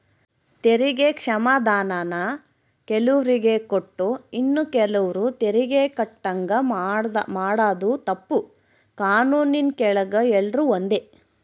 ತೆರಿಗೆ ಕ್ಷಮಾಧಾನಾನ ಕೆಲುವ್ರಿಗೆ ಕೊಟ್ಟು ಇನ್ನ ಕೆಲುವ್ರು ತೆರಿಗೆ ಕಟ್ಟಂಗ ಮಾಡಾದು ತಪ್ಪು, ಕಾನೂನಿನ್ ಕೆಳಗ ಎಲ್ರೂ ಒಂದೇ